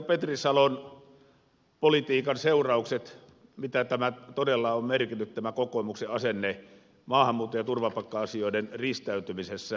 petri salon politiikan seuraukset mitä tämä kokoomuksen asenne on todella merkinnyt maahanmuutto ja turvapaikka asioiden riistäytymisessä